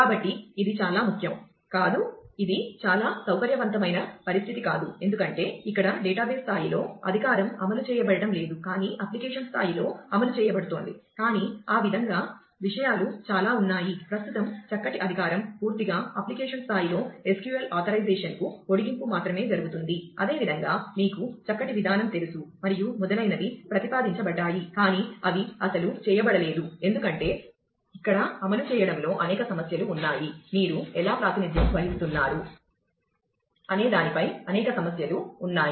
కాబట్టి ఇది చాలా ముఖ్యం కాదు ఇది చాలా సౌకర్యవంతమైన పరిస్థితి కాదు ఎందుకంటే ఇక్కడ డేటాబేస్ స్థాయిలో అధికారం అమలు చేయబడటం లేదు కానీ అప్లికేషన్ స్థాయిలో అమలు చేయబడుతోంది కానీ ఆ విధంగా విషయాలు చాలా ఉన్నాయి ప్రస్తుతం చక్కటి అధికారం పూర్తిగా అప్లికేషన్ స్థాయిలో SQL ఆథరైజేషన్కు పొడిగింపు మాత్రమే జరుగుతుంది అదేవిధంగా మీకు చక్కటి విధానం తెలుసు మరియు మొదలైనవి ప్రతిపాదించబడ్డాయి కానీ అవి అమలు చేయబడలేదు ఎందుకంటే ఇక్కడ అమలు చేయడంలో అనేక సమస్యలు ఉన్నాయి మీరు ఎలా ప్రాతినిధ్యం వహిస్తున్నారు అనే దానిపై అనేక సమస్యలు ఉన్నాయి